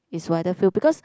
is wider field because